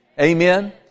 Amen